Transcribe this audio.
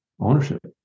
ownership